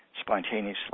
spontaneously